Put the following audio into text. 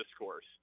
discourse